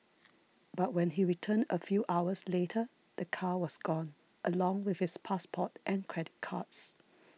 but when he returned a few hours later the car was gone along with his passport and credit cards